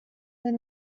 that